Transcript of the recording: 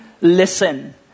listen